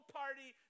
party